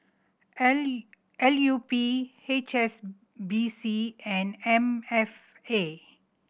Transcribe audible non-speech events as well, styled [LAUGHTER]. L [UNINTELLIGIBLE] L U P H S B C and M F A